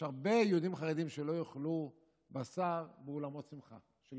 יש הרבה יהודים חרדים שלא יאכלו בשר באולמות שמחה של